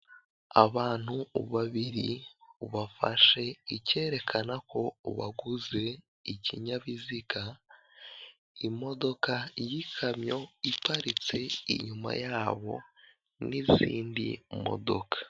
Abantu babiri bafashe icyerekana ko waguze ikinyabiziga, imodoka y'ikamyo iparitse inyuma yabo n'izindi modoka.